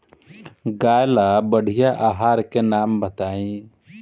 गाय ला बढ़िया आहार के नाम बताई?